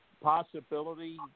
possibility